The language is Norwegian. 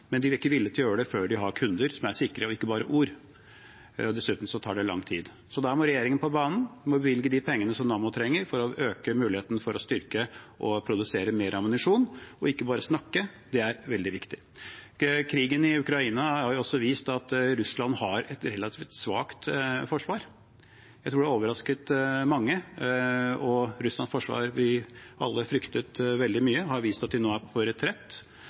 gjøre det før de har kunder som er sikre – ikke bare ord. Dessuten tar det lang tid. Da må regjeringen på banen og bevilge de pengene som Nammo trenger for å øke mulighetene til å styrke kapasiteten og produsere mer ammunisjon – ikke bare snakke. Det er veldig viktig. Krigen i Ukraina har også vist at Russland har et relativt svakt forsvar. Jeg tror det har overrasket mange. Russlands forsvar, som vi alle fryktet veldig sterkt, har vist at det nå er på retrett.